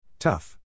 Tough